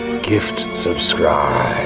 gift subscribe.